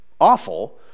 awful